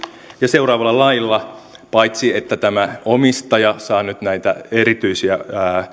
ja seuraavalla lailla paitsi että tämä omistaja saa nyt näitä erityisiä